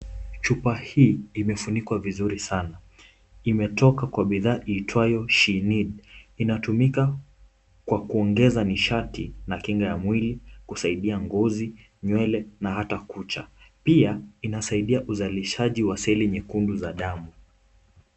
Chupa hii imefunikwa vizuri sana. Imetoka kwa bidhaa iitwayo she need . Inatumika kwa kuongeza nishati na kinga ya mwili kusaidia ngozi, nywele na hata kucha. Pia, inasaidia uzalishaji wa seli nyekundu za damu.